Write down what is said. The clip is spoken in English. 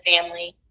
family